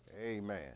Amen